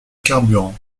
carburants